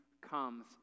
comes